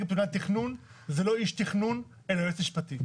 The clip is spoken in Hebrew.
את נתוני התכנון זה לא איש תכנון אלא יועץ משפטי.